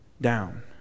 down